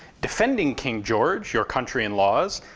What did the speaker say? defending king george, your country and laws,